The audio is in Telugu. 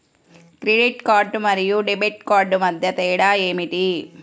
క్రెడిట్ కార్డ్ మరియు డెబిట్ కార్డ్ మధ్య తేడా ఏమిటి?